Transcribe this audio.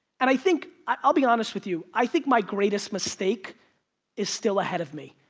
and i think, i'll be honest with you, i think my greatest mistake is still ahead of me.